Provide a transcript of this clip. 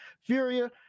furia